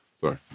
Sorry